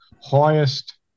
highest